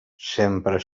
sempre